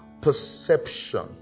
perception